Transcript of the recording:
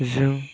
जों